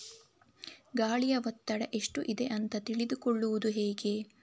ಗಾಳಿಯ ಒತ್ತಡ ಎಷ್ಟು ಇದೆ ಅಂತ ತಿಳಿದುಕೊಳ್ಳುವುದು ಹೇಗೆ?